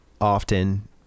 often